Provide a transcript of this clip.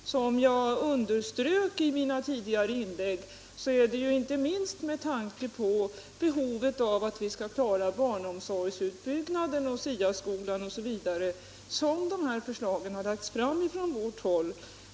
Som jag underströk i mina tidigare inlägg är det inte minst med tanke på att vi skall kunna klara barnomsorgsutbyggnaden och SIA-skolan som detta förslag har lagts fram från vårt håll.